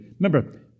Remember